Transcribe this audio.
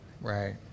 right